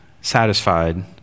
satisfied